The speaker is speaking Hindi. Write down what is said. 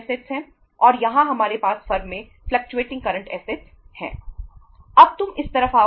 अब तुम इस तरफ आओ